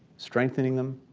strengthening them,